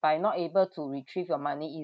by not able to retrieve your money